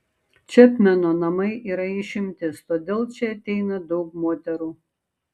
čepmeno namai yra išimtis todėl čia ateina daug moterų